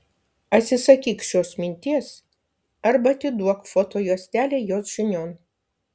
atsisakyk šios minties arba atiduok foto juostelę jos žinion